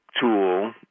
tool